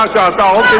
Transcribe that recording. like da da